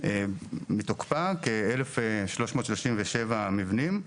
מתוקפה כ-1,337 מבנים,